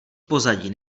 pozadí